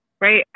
right